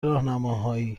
راهنماهایی